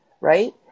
Right